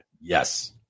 Yes